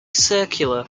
circular